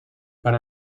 para